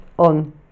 On